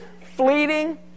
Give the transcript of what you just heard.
fleeting